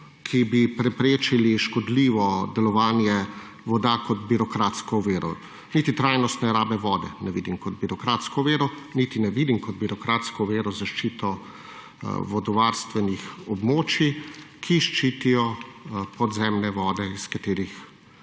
ki bi preprečili škodljivo delovanje voda, kot birokratsko oviro. Niti trajnostne rabe vode ne vidim kot birokratsko oviro. Niti ne vidim kot birokratsko oviro zaščito vodovarstvenih območij, ki ščitijo podzemne vode, iz katerih